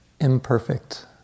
imperfect